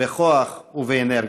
בכוח ובאנרגיה.